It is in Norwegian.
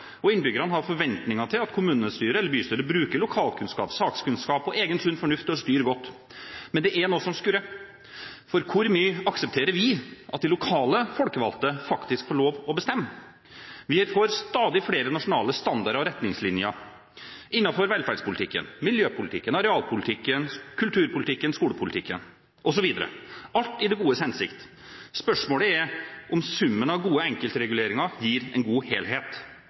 Og innbyggerne har forventninger til at kommunestyret eller bystyret bruker lokalkunnskap, sakskunnskap og egen sunn fornuft til å styre godt. Men det er noe som skurrer, for hvor mye aksepterer vi at de lokale folkevalgte faktisk får lov til å bestemme? Vi har fått stadig flere nasjonale standarder og retningslinjer innenfor velferdspolitikken, miljøpolitikken, arealpolitikken, kulturpolitikken, skolepolitikken, osv. – alt i det godes hensikt. Spørsmålet er om summen av gode enkeltreguleringer gir en god helhet.